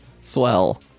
Swell